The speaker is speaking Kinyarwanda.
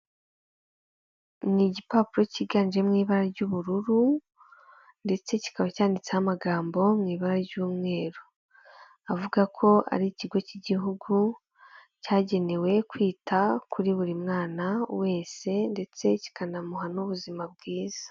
Ni igipapuro cyiganje mu ibara ry'ubururu, ndetse kikaba cyanditseho amagambo mu ibara ry'umweru, avuga ko ari ikigo cy'igihugu cyagenewe kwita kuri buri mwana wese, ndetse kikanamuha n'ubuzima bwiza.